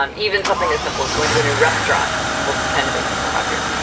um even something as simple as going to a new restaurant will tend to make people happier.